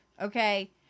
okay